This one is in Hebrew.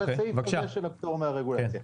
על הסעיף הזה של הפטור מהרגולציה.